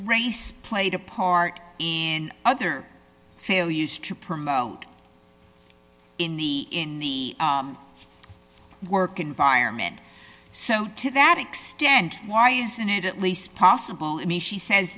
race played a part in other failure to promote in the in the work environment so to that extent why isn't it at least possible in may she says